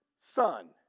son